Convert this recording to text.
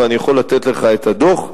ואני יכול לתת לך את הדוח,